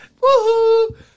Woohoo